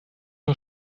aus